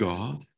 God